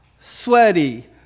sweaty